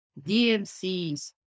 DMCs